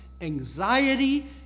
anxiety